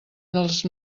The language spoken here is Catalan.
dels